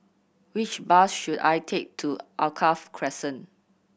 which bus should I take to Alkaff Crescent